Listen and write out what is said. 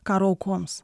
karo aukoms